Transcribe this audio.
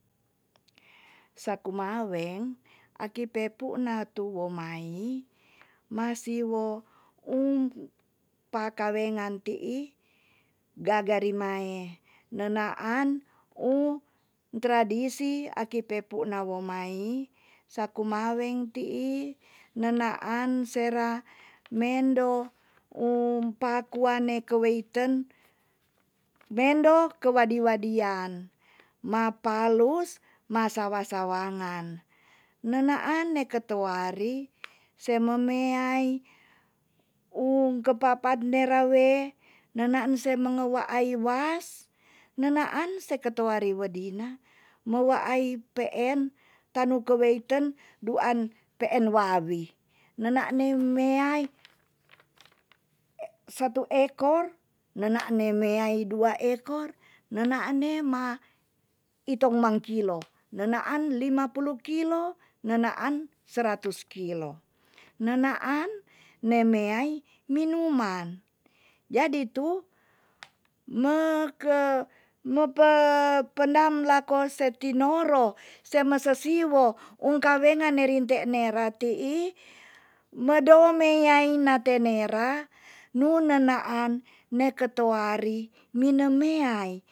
Sa kumaweng aki pepuna tu wo mai ma siwo ung pakawengan tii gaga rimae nenaan ung tradisi aki pepu na wo mai sa kumaweng tii nenaan sera mendo um pakua ne keweiten mendo kewadi wadian mapalus ma sawa sawangan nenaan ne ketewari semame yaai ung kepapa nera we nenaan se mange wa ai was nenaan se ketuari wedina mo waai peen tanu keweiten duan peen wawi nenane mewai satu ekor nenane me ai dua ekor nenaan ne ma itong mangkilo nenaan lima puluh kilo nenaan seratus kilo nenaan ne meai minuman jadi tu me ke me pe pendam lako setinoro sema sesiwo ung kawengan ne rinte nera tii medome yai nate nera nu nenaan ne ketoari meno meai